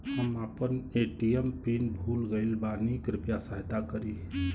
हम आपन ATM PIN भूल गईल बानी कृपया सहायता करी